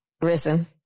risen